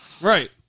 Right